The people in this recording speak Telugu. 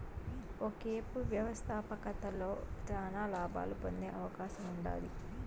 ఒకేపు వ్యవస్థాపకతలో శానా లాబాలు పొందే అవకాశముండాది